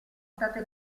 state